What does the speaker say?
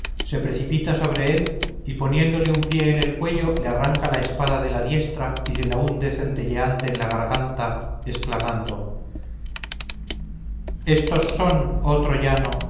se precipita sobre él y poniéndole un pie en el cuello le arranca la espada de la diestra y se la hunde centelleante en la garganta exclamando estos son oh